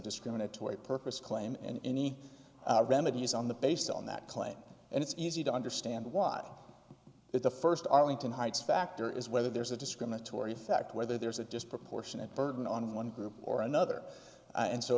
discriminatory purpose claim and any remedies on the based on that claim and it's easy to understand why if the first arlington heights factor is whether there's a discriminatory effect whether there's a disproportionate burden on one group or another and so